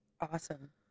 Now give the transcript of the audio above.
Awesome